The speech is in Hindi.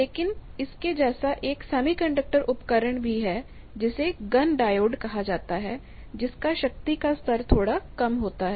लेकिन इसके जैसा एक सेमीकंडक्टर उपकरण भी है जिसे गन डायोड कहा जाता है जिसका शक्ति का स्तर थोड़ा कम होता है